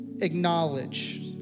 acknowledge